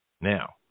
Now